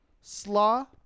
Slaw